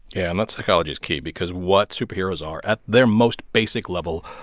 and that psychology is key because what superheroes are, at their most basic level,